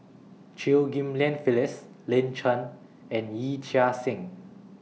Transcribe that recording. Chew Ghim Lian Phyllis Lin Chen and Yee Chia Hsing